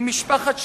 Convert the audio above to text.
עם משפחת שליט,